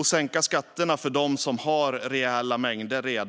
Att sänka skatterna för dem som redan har rejäla mängder